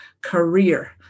career